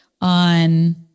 on